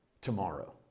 tomorrow